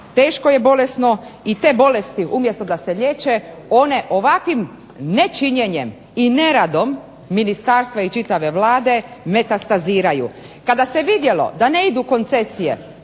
Teško je bolesno i te bolesti umjesto da se liječe one ovakvim nečinjenjem i neradom ministarstva i čitave Vlade metastaziraju. Kada se vidjelo da ne idu koncesije